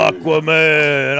Aquaman